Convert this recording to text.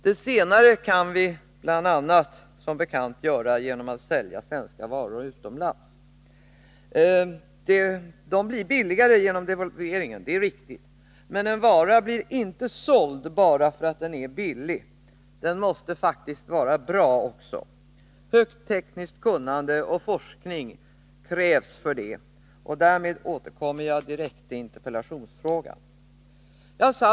Det senare kan vi som bekant göra bl.a. genom att sälja svenska varor utomlands. De blir billigare genom devalveringen — det är riktigt. Men en vara blir inte såld bara därför att den är billig — den måste faktiskt vara bra också. Högt tekniskt kunnande och forskning krävs för det, och därmed kommer jag direkt till interpellationsfrågan. Herr talman!